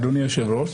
אדוני היושב-ראש,